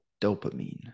dopamine